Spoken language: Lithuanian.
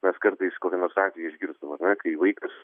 bet kartais kokį nors atvejį išgirstam ar ne kai vaikas